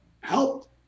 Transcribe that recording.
help